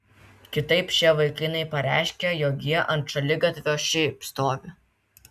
kitaip šie vaikinai pareiškia jog jie ant šaligatvio šiaip stovi